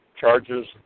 charges